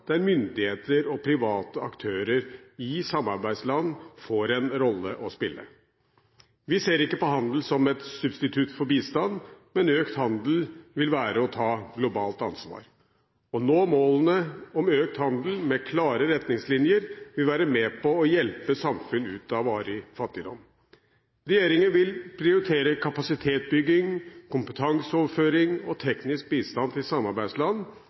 der myndigheter og private aktører i samarbeidslandene får en rolle å spille. Vi ser ikke på handel som et substitutt for bistand, men økt handel vil være å ta globalt ansvar. Å nå målene om økt handel med klare retningslinjer vil være med på å hjelpe samfunn ut av varig fattigdom. Regjeringen vil prioritere kapasitetsbygging, kompetanseoverføring og teknisk bistand til samarbeidsland